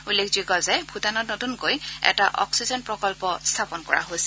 উল্লেখযোগ্য যে ভূটানত নতুনকৈ এটা অক্সিজেন প্ৰকল্প স্থাপন কৰা হৈছে